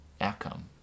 outcome